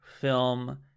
film